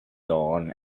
dawn